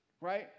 right